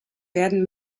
werden